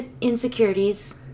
insecurities